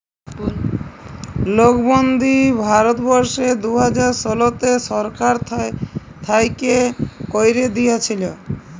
লটবল্দি ভারতবর্ষে দু হাজার শলতে সরকার থ্যাইকে ক্যাইরে দিঁইয়েছিল